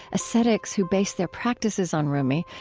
ascetics who base their practices on rumi,